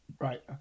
Right